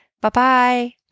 Bye-bye